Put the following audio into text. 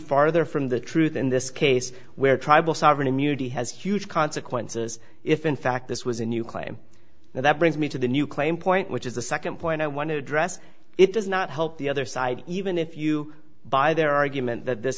farther from the truth in this case where tribal sovereign immunity has huge consequences if in fact this was a new claim now that brings me to the new claim point which is the second point i want to address it does not help the other side even if you buy their argument that this